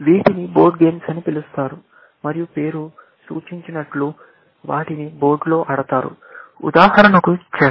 వీటిని board games అని పిలుస్తారు మరియు పేరు సూచించినట్లు వాటిని బోర్డులో ఆడతారు ఉదాహరణకు చెస్